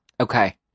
Okay